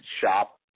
shop